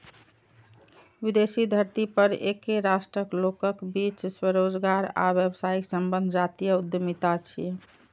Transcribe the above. विदेशी धरती पर एके राष्ट्रक लोकक बीच स्वरोजगार आ व्यावसायिक संबंध जातीय उद्यमिता छियै